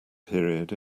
period